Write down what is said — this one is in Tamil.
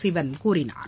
சிவன் கூறினார்